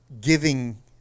giving